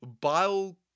Bile